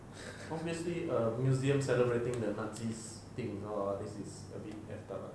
obviously a museum celebrating the nazis thing lor a bit messed up lah